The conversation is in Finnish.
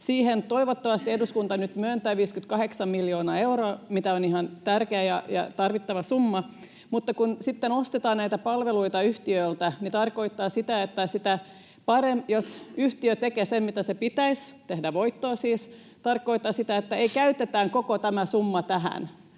Niille toivottavasti eduskunta nyt myöntää 58 miljoonaa euroa, mikä on ihan tärkeä ja tarvittava summa. Mutta kun sitten ostetaan näitä palveluita yhtiöltä, se tarkoittaa sitä, että jos yhtiö tekee sen, mitä sen pitäisi — siis tehdä voittoa — ei käytetä koko tätä summaa tähän